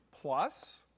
plus